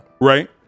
right